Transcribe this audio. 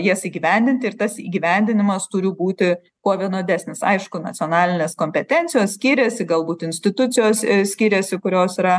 jas įgyvendinti ir tas įgyvendinimas turi būti kuo vienodesnis aišku nacionalinės kompetencijos skiriasi galbūt institucijos skiriasi kurios yra